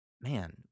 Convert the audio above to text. Man